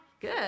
Good